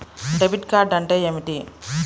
Debit card అంటే ఏమిటి?